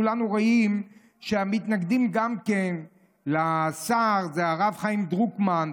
כולנו רואים שהמתנגדים לשר הם הרב חיים דרוקמן,